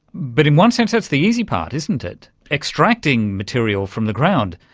but in one sense that's the easy part, isn't it. extracting material from the ground,